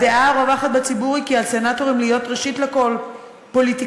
הדעה הרווחת בציבור היא כי על סנטורים להיות ראשית לכול פוליטיקאים,